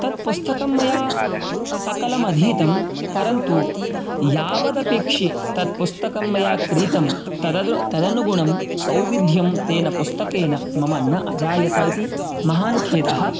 तत् पुस्तकं मया सकलमधीतं परन्तु यावत् अपेक्षी तत् पुस्तकं मया क्रीतं तदनुगुणं सौविध्यं तेन पुस्तकेन मम न अजायत इति महान् खेदः